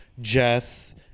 Jess